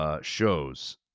shows